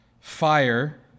fire